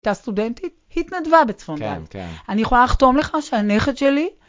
את הסטודנטית התנדבה בצפון דן. אני יכולה לחתום לך שהנכד שלי...